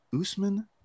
Usman